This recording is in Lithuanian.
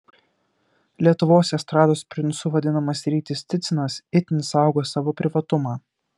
lietuvos estrados princu vadinamas rytis cicinas itin saugo savo privatumą